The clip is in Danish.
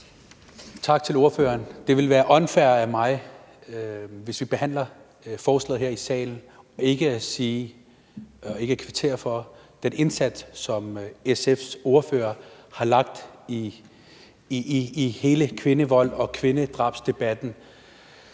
Tak til ordføreren. Det ville være unfair af mig, når vi nu behandler forslaget her i salen, ikke at kvittere for den indsats, som SF's ordfører har lagt i hele kvindevolds- og kvindedrabsdebatten.